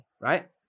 right